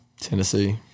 Tennessee